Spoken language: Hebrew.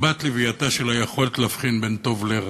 בת לווייתה של היכולת להבחין בין טוב לרע,